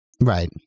Right